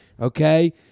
Okay